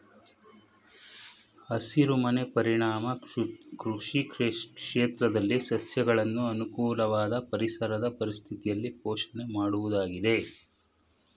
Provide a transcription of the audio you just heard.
ಹಸಿರುಮನೆ ಪರಿಣಾಮ ಕೃಷಿ ಕ್ಷೇತ್ರದಲ್ಲಿ ಸಸ್ಯಗಳನ್ನು ಅನುಕೂಲವಾದ ಪರಿಸರದ ಪರಿಸ್ಥಿತಿಯಲ್ಲಿ ಪೋಷಣೆ ಮಾಡುವುದಾಗಿದೆ